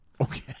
Okay